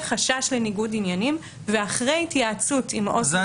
חשש לניגוד עניינים ואחרי התייעצות עם עובד סוציאלי לחוק הנוער